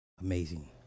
amazing